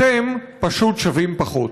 אתם פשוט שווים פחות.